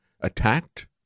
attacked